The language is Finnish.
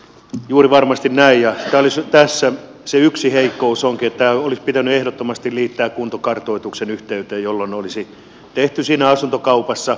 juuri varmasti näin ja tässä se yksi heikkous onkin että tämä olisi pitänyt ehdottomasti liittää kuntokartoituksen yhteyteen jolloin se olisi tehty siinä asuntokaupassa